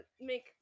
make